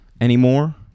anymore